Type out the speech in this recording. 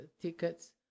tickets